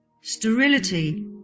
sterility